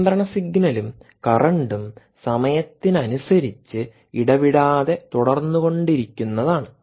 നിയന്ത്രണ സിഗ്നലും കറണ്ടും സമയത്തിനനുസരിച്ച് ഇടവിടാതെ തുടർന്നുകൊണ്ടിരിക്കുന്നതാണ്